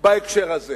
בהקשר הזה.